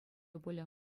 пулӗ